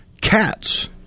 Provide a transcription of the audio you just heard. Cats